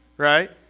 Right